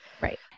Right